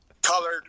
colored